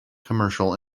commercial